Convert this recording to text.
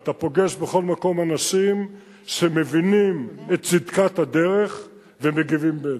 אתה פוגש בכל מקום אנשים שמבינים את צדקת הדרך ומגיבים בהתאם.